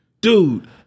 Dude